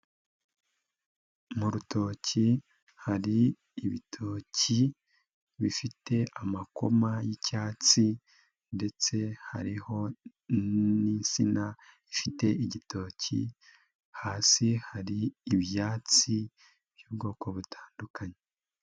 Mu rutoki, hari ibitoki bifite amakoma y'icyatsi, ndetse hariho n'insina ifite igitoki, hasi hari ibyatsi by'ubwoko butandukanye.